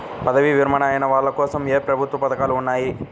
పదవీ విరమణ అయిన వాళ్లకోసం ఏ ప్రభుత్వ పథకాలు ఉన్నాయి?